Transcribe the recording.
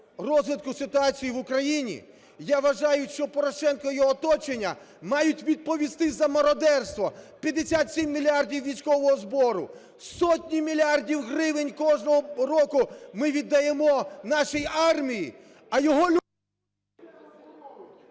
я вважаю, що Порошенко і його оточення мають відповісти за мародерство. 57 мільярдів військового збору, сотні мільярдів гривень кожного року ми віддаємо нашій армії, а його… ГОЛОВУЮЧИЙ.